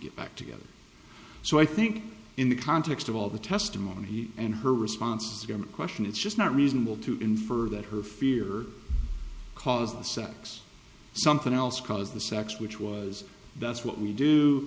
get back together so i think in the context of all the testimony and her response to your question it's just not reasonable to infer that her fear caused the sex something else cause the sex which was that's what we do